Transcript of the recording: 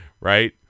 right